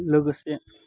लोगोसे